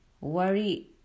Worry